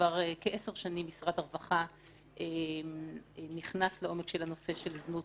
כבר כעשר שנים משרד הרווחה נכנס לעומק הנושא של זנות,